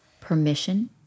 permission